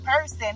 person